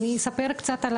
אני אספר קצת על